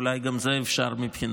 אולי גם זה אפשרי מבחינתו.